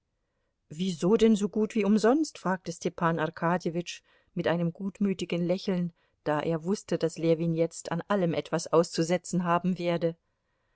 wieso denn so gut wie umsonst fragte stepan arkadjewitsch mit einem gutmütigen lächeln da er wußte daß ljewin jetzt an allem etwas auszusetzen haben werde